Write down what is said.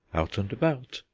out and about!